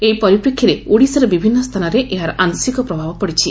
ଏହି ପରିପ୍ରେକ୍ଷୀରେ ଓଡ଼ିଶାର ବିଭିନ୍ନ ସ୍ଥାନରେ ଏହାର ଆଂଶିକ ପ୍ରଭାବ ପଡ଼ିଛି